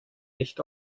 nicht